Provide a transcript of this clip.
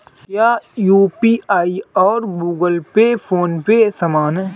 क्या यू.पी.आई और Google Pay PhonePe समान हैं?